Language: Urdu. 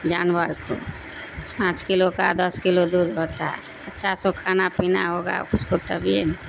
جانور کو پانچ کلو کا دس کلو دودھ ہوتا ہے اچھا سا کھانا پینا ہوگا اس کو تبھی